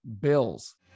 Bills